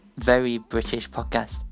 verybritishpodcast